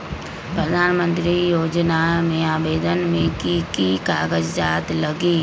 प्रधानमंत्री योजना में आवेदन मे की की कागज़ात लगी?